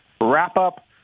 wrap-up